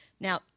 Now